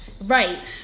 Right